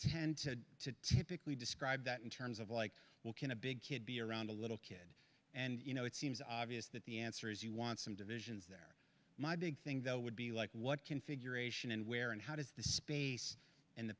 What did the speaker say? tend to typically describe that in terms of like well can a big kid be around a little kid and you know it seems obvious that the answer is you want some divisions there my big thing though would be like what configuration and where and how does the space and the